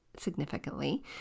significantly